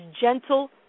gentle